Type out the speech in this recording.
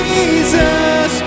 Jesus